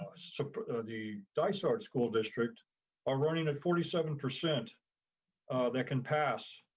so the dysart school district are running at forty seven percent that can pass